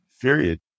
period